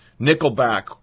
Nickelback